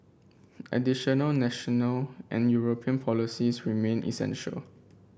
additional national and European policies remain essential